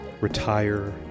retire